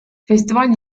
festival